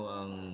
ang